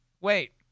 wait